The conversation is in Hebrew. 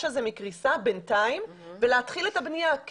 זה מקריסה בינתיים ולהתחיל את הבנייה.